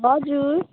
हजुर